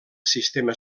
sistema